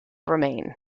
remain